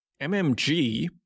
MMG